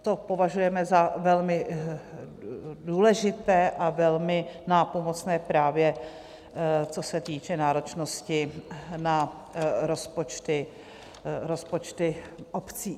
To považujeme za velmi důležité a velmi nápomocné, právě co se týče náročnosti na rozpočty obcí.